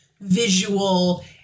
visual